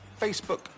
Facebook